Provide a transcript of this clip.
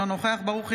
אינו נוכח אליהו ברוכי,